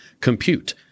compute